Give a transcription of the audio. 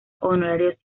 honorarios